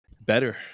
better